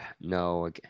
No